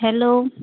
hello